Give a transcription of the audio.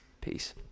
Peace